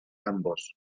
ambos